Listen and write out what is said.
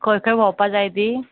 खंय खंय भोंवपा जाय ती